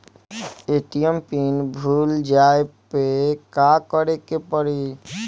ATM PIN भूल जाए पे का करे के पड़ी?